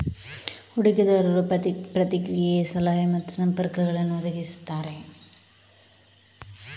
ಹೂಡಿಕೆದಾರರು ಪ್ರತಿಕ್ರಿಯೆ, ಸಲಹೆ ಮತ್ತು ಸಂಪರ್ಕಗಳನ್ನು ಒದಗಿಸುತ್ತಾರೆ